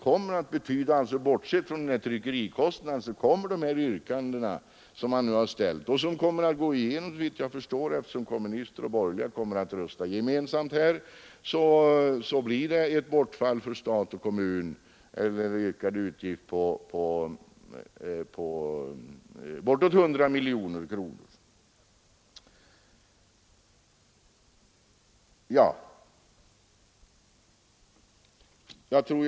Såvitt jag förstår kommer yrkandena att bifallas, eftersom kommunister och borgerliga röstar gemensamt, och det blir då ett bortfall eller en ökad utgift — bortsett från de tryckningskostnader jag nämnde — för stat och kommun på bortåt 100 miljoner kronor.